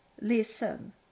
listen